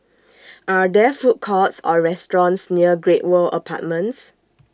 Are There Food Courts Or restaurants near Great World Apartments